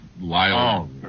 Lyle